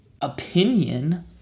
opinion